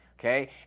okay